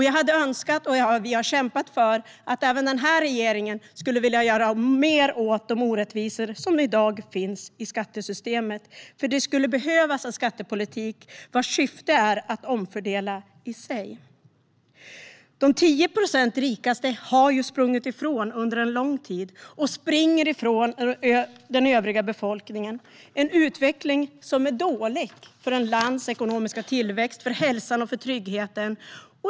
Jag hade önskat och vi har kämpat för att den här regeringen skulle göra mer åt de orättvisor som i dag finns i skattesystemet, för det skulle behövas en skattepolitik som i sig syftar till att omfördela. De 10 procent rikaste har under lång tid sprungit ifrån och springer fortfarande ifrån den övriga befolkningen. Det är en utveckling som är dålig för ett lands ekonomiska tillväxt, för hälsan och för tryggheten.